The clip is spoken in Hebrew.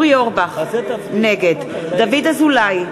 נגד אורי אורבך, נגד דוד אזולאי,